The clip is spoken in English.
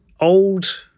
old